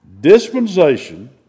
dispensation